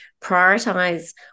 prioritize